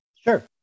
Sure